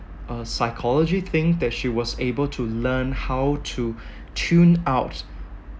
uh psychology thing that she was able to learn how to tune out